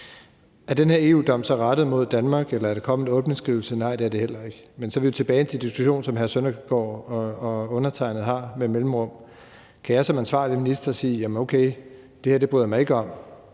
her EU-dom så rettet mod Danmark, eller er der kommet en åbningsskrivelse? Nej, det er der heller ikke. Men så er vi tilbage til en diskussion, som hr. Søren Søndergaard og undertegnede med mellemrum har. Kan jeg som ansvarlig minister sige: Okay, det her bryder jeg mig ikke om,